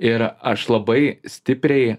ir aš labai stipriai